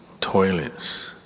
toilets